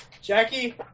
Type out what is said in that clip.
Jackie